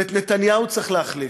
ואת נתניהו צריך להחליף.